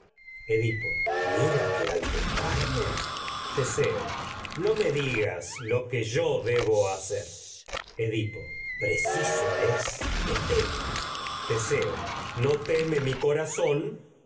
edipo mira teseo que al dejarme no me digas lo que yo debo hacen es que edipo preciso tema tragedias de sófocles teseo no no teme sabes mi las corazón